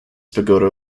pagoda